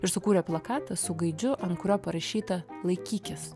ir sukūrė plakatą su gaidžiu ant kurio parašyta laikykis